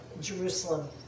Jerusalem